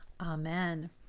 Amen